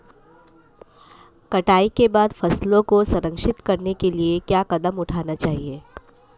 कटाई के बाद फसलों को संरक्षित करने के लिए क्या कदम उठाने चाहिए?